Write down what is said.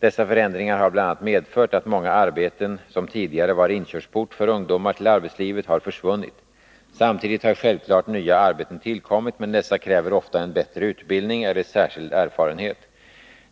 Dessa förändringar har bl.a. medfört att många arbeten som tidigare var inkörsport för ungdomar till arbetslivet har försvunnit. Samtidigt har självfallet nya arbeten tillkommit, men dessa kräver ofta en bättre utbildning eller särskild erfarenhet.